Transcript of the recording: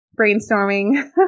brainstorming